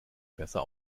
besser